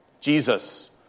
Jesus